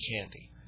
Candy